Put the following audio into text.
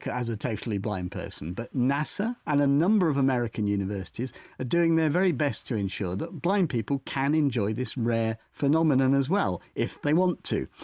as a totally blind person, but nasa and a number of american universities are doing their very best to ensure that blind people can enjoy this rare phenomenon as well, if they want to.